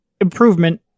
improvement